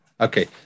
Okay